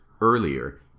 earlier